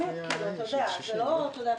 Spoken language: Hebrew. אתה יודע,